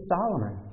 Solomon